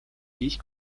these